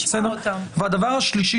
שלישית,